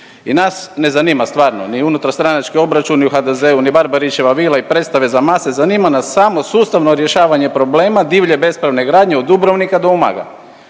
I nas ne zanima stvarno ni unutarstranački obračuni u HDZ-u, ni Barbarića vila i predstave za mase, zanima nas samo sustavno rješavanje problema divlje bespravne gradnje od Dubrovnika do Umaga